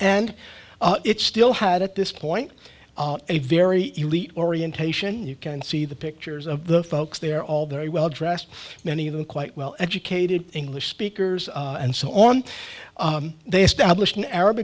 launched and it's still had at this point a very elite orientation you can see the pictures of the folks they're all very well dressed many of them quite well educated english speakers and so on they established a